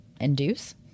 induce